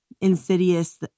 insidious